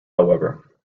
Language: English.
however